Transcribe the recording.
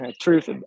truth